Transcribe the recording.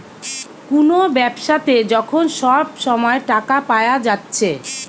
কুনো ব্যাবসাতে যখন সব সময় টাকা পায়া যাচ্ছে